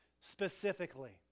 specifically